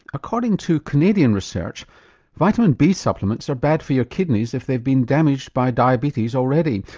according to canadian research vitamin b supplements are bad for your kidneys if they've been damaged by diabetes already.